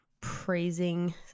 praising